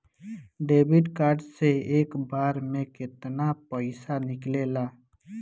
Debit card से एक बार मे केतना पैसा निकले ला?